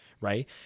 right